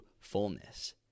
fullness